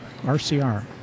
RCR